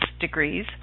degrees